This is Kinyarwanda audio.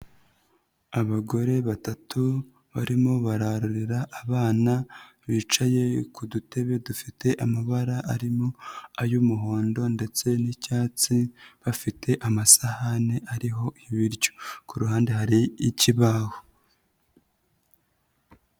Abagore batatu barimo bararurira abana bicaye ku dutebe dufite amabara arimo ay'umuhondo ndetse n'icyatsi, bafite amasahane ariho ibiryo. Ku ruhande hari ikibaho.